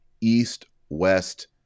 east-west